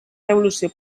revolució